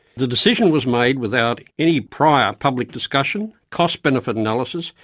the decision was made without any prior public discussion, cost benefit analysis,